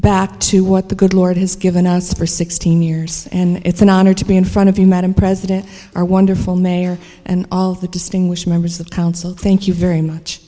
back to what the good lord has given us for sixteen years and it's an honor to be in front of you madam president our wonderful mayor and all the distinguished members of council thank you very much